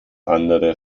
andere